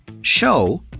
Show